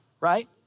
right